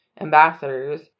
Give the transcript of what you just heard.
ambassadors